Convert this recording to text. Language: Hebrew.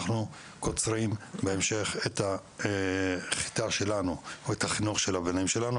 אנחנו קוצרים בהמשך את החיטה שלנו או את החינוך של הבנים שלנו.